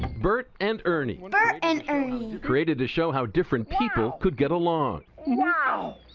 bert and ernie. bert and ernie. created a show how different people could get along. wow!